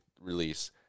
release